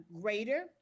greater